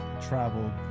traveled